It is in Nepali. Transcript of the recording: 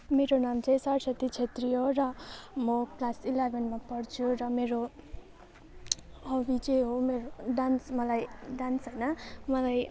मेरो नाम चाहिँ सरस्वती छेत्री हो र म क्लास इलेभेनमा पढ्छु र मेरो हबी चाहिँ हो मेरो डान्स मलाई डान्स होइन मलाई